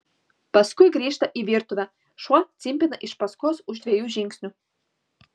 paskui grįžta į virtuvę šuo cimpina iš paskos už dviejų žingsnių